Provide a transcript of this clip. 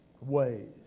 ways